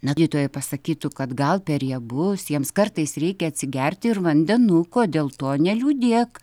na gydytojai pasakytų kad gal per riebus jiems kartais reikia atsigerti ir vandenuko dėl to neliūdėk